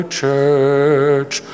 church